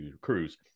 cruise